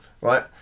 right